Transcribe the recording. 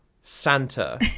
Santa